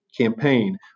campaign